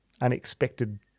unexpected